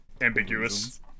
ambiguous